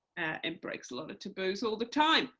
and breaks a lot of taboos all the time